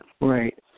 Right